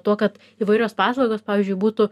tuo kad įvairios paslaugos pavyzdžiui būtų